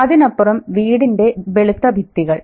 അതിനപ്പുറം വീടിന്റെ വെളുത്ത ഭിത്തികൾ